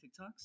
TikToks